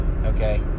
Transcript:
okay